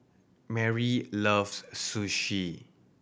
Merri loves Sushi